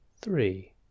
Three